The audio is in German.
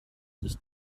ist